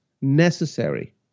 necessary